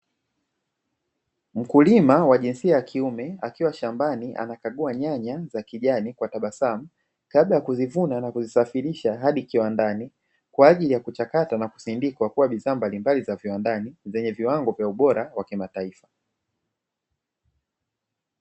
Mkulima wa jinsia ya kiume akiwa shambani anakagua nyanya za kijani kwa tabasamu, kabla ya kuzivuna na kuzisafirisha hadi kiwandani, kwajili ya kuchakata na kusindikwa kuwa bidhaa mbalimbali za viwandani, zenye viwango vya ubora wa kimataifa.